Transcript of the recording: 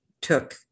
took